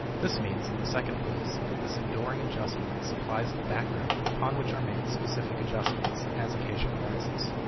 this means, in the second place, that this enduring adjustment supplies the background upon which are made specific adjustments, as occasion arises.